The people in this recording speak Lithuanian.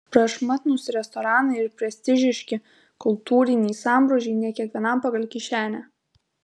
prašmatnūs restoranai ir prestižiški kultūriniai sambrūzdžiai ne kiekvienam pagal kišenę